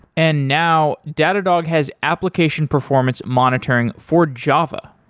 and now, datadog has application performance monitoring for java.